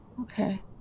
okay